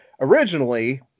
originally